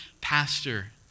pastor